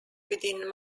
within